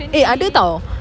eh ada [tau]